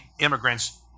immigrants